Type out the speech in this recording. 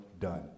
done